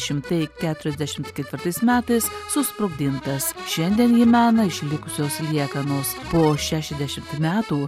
šimtai keturiasdešimt ketvirtais metais susprogdintas šiandien jį mena išlikusios liekanos po šešiasdešimt metų